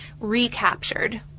recaptured